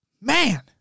Man